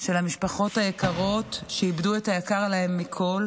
של המשפחות היקרות שאיבדו את היקר להן מכול: